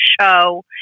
show